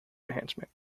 enhancement